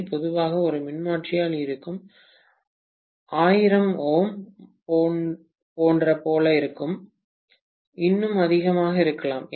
C பொதுவாக ஒரு மின்மாற்றியில் இருக்கும் 1000 Ω போன்ற போல இருக்கும் இன்னும் அதிகமாக இருக்கலாம்